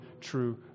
true